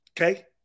Okay